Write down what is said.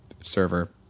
server